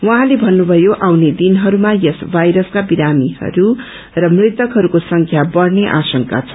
उहाँले भन्नुभयो आउने दिनहरूमा यस भाइरसक्व विरामीहरू र मृतकहरूको संख्या बढ़ने आशंका छ